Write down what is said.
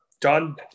done